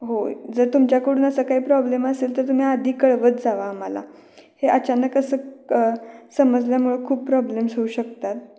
होय जर तुमच्याकडून असा काही प्रॉब्लेम असेल तर तुम्ही आधी कळवत जावा आम्हाला हे अचानक असं क समजल्यामुळे खूप प्रॉब्लेम्स होऊ शकतात